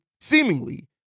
seemingly